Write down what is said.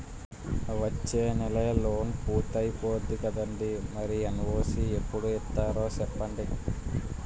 వచ్చేనెలే లోన్ పూర్తయిపోద్ది కదండీ మరి ఎన్.ఓ.సి ఎప్పుడు ఇత్తారో సెప్పండి